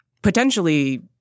Potentially